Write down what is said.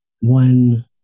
one